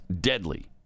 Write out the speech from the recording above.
deadly